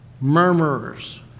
murmurers